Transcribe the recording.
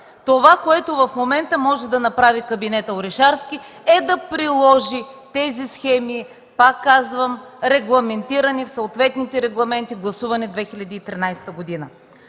Това, което в момента може да направи кабинетът Орешарски, е да приложи тези схеми, пак казвам, регламентирани в съответните регламенти, гласувани през 2013 г.